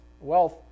wealth